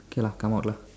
K lah come out lah